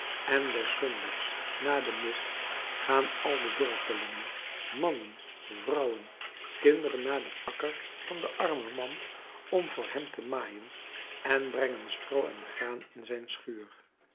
en des zondags na de mis gaan al de dorpelingen mannen vrouwen kinderen naar den akker van den armen man om voor hem te maaien en brengen stroo en graan in zijn schuur